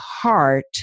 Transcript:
heart